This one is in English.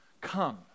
come